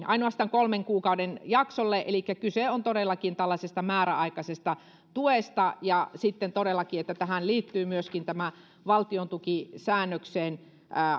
ainoastaan kolmen kuukauden jaksolle elikkä kyse on todellakin tällaisesta määräaikaisesta tuesta ja sitten todellakin tähän liittyy myöskin tämä valtiontukisäännökseen